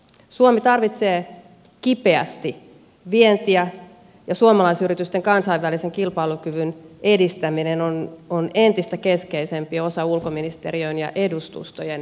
suomi tarvitsee kipeästi vientiä ja suomalaisyritysten kansainvälisen kilpailukyvyn edistäminen on entistä keskeisempi osa ulkoministeriön ja edustustojen työkenttää